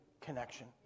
connection